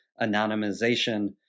anonymization